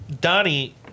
Donnie